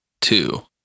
Two